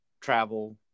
travel